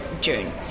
June